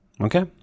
Okay